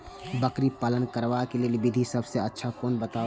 बकरी पालन करबाक लेल विधि सबसँ अच्छा कोन बताउ?